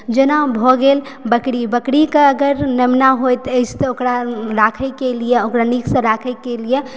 जेना भऽ गेल बकरी बकरी के अगर नेमना होइत अछि तऽ ओकरा राखै के लिये ओकरा नीक सऽ राखै के लिये